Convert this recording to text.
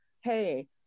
hey